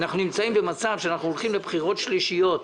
אנחנו נמצאים במצב שאנחנו הולכים לבחירות שלישיות,